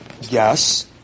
Yes